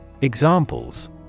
Examples